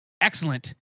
excellent